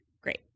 Great